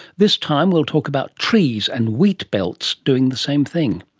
this time we'll talk about trees and wheat belts doing the same thing.